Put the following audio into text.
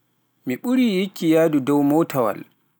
Mi ɓurii yikki yahdu dow mootawal